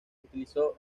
utilizó